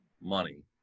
money